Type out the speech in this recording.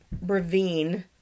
ravine